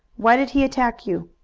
why did he attack you?